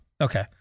Okay